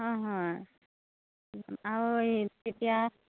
হয় হয় আৰু এই তেতিয়া